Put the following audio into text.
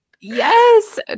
Yes